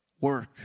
Work